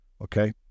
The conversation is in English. Okay